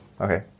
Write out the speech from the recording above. Okay